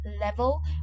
level